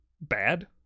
bad